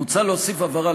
מוצע להוסיף הבהרה,